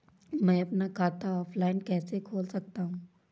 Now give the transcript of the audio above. मैं अपना खाता ऑफलाइन कैसे खोल सकता हूँ?